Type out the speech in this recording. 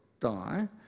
die